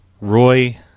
Roy